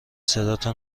صداتو